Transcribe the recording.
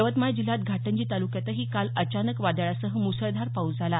यवतमाळ जिल्ह्यात घाटंजी तालुक्यातही काल अचानक वादळासह मुसळधार पाऊस झाला